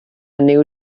new